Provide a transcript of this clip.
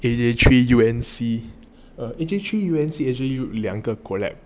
A_J three U and C A_J three U and C actually 有两个 collab